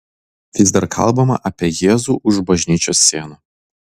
vis dar kalbama apie jėzų už bažnyčios sienų